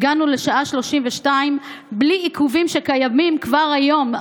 הגענו לשעה ו-32, בלי עיכובים שקיימים כבר היום.